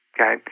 okay